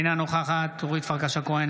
אינה נוכחת אורית פרקש הכהן,